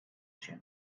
się